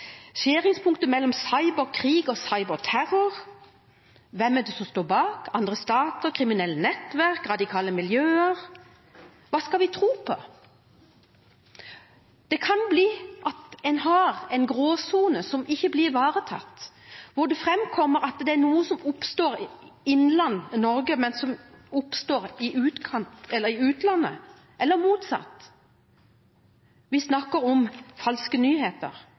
skjæringspunktet mellom cyberkrig og cyberterror – hvem står bak? Andre stater, kriminelle nettverk, radikale miljøer – hva skal vi tro på? Det kan bli en gråsone som ikke blir ivaretatt, hvor det framkommer at det er noe som oppstår i Norge, men som oppstår i utlandet, eller motsatt. Vi snakker om falske nyheter.